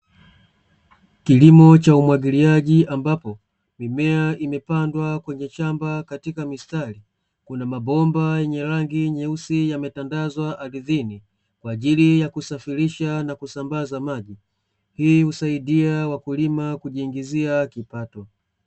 Kilimo cha umwagiliaji ambapo, mimea imepandwa kwenye shamba katika mistari, kuna mabomba yenye rangi nyeusi yametandazwa ardhini, kwa ajili ya kusafirisha na kusambaza maji. Hii husaidia wakulima kujiingizia kipato.